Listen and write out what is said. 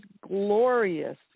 glorious